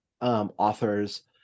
Authors